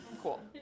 Cool